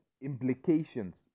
implications